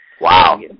Wow